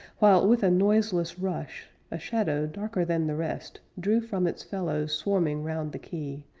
while, with a noiseless rush, a shadow darker than the rest drew from its fellows swarming round the quay,